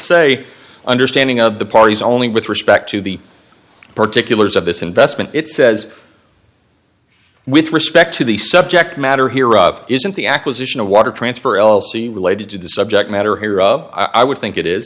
say understanding of the parties only with respect to the particulars of this investment it says with respect to the subject matter here of isn't the acquisition of water transfer l c related to the subject matter here i would think it is